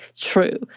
true